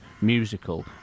musical